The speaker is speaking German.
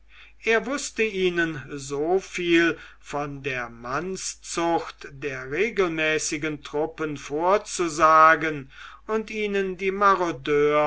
er wußte ihnen so viel von der mannszucht der regelmäßigen truppen vorzusagen und ihnen die marodeurs